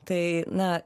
tai na